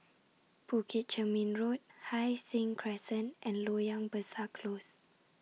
Bukit Chermin Road Hai Sing Crescent and Loyang Besar Close